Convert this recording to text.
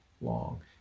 long